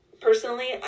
Personally